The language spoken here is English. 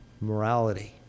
morality